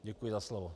Děkuji za slovo.